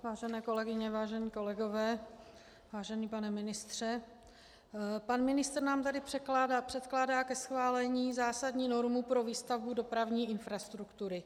Vážené kolegyně, vážení kolegové, vážený pane ministře, pan ministr nám tady předkládá ke schválení zásadní normu pro výstavbu dopravní infrastruktury.